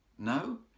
No